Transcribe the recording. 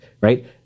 right